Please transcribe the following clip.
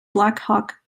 blackhawk